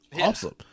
awesome